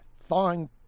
thawing